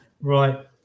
right